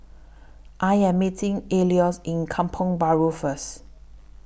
I Am meeting Alois in Kampong Bahru First